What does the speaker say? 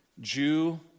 Jew